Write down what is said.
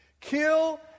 Kill